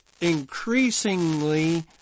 increasingly